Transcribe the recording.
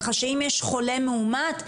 ככה שאם יש חולה מאומת,